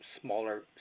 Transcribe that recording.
smaller